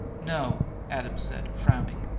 no, adams said, frowning.